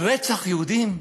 רצח יהודים?